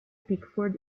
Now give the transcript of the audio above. pickford